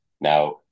now